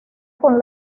con